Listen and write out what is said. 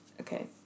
Okay